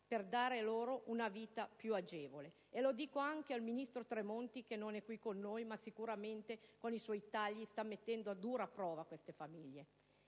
per rendere loro la vita un po' più agevole. Lo dico anche al ministro Tremonti, che non è qui con noi, ma che con i suoi tagli sta mettendo a dura prova queste famiglie.